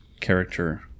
character